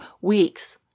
weeks